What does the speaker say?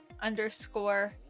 underscore